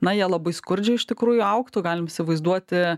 na jie labai skurdžiai iš tikrųjų augtų galim įsivaizduoti